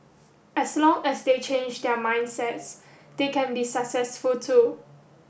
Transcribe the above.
as long as they change their mindsets they can be successful too